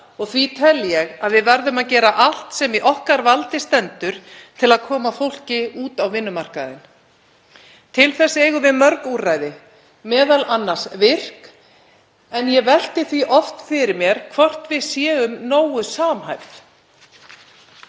og því held ég að við verðum að gera allt sem í okkar valdi stendur til að koma fólki út á vinnumarkaðinn. Til þess eigum við mörg úrræði, m.a. VIRK. En ég velti því oft fyrir mér hvort við séum nógu samhæfð.